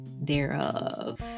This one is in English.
thereof